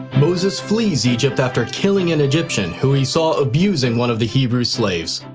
moses flees egypt after killing an egyptian who he saw abusing one of the hebrew slaves.